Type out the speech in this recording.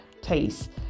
taste